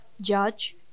judge